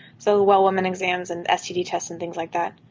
so the well woman's exams and std tests and things like that?